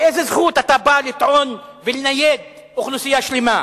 באיזו זכות אתה בא לטעון ולנייד אוכלוסייה שלמה?